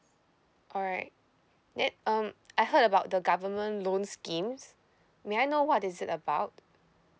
alright then um I heard about the government loan schemes may I know what is it about